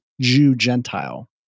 Jew-Gentile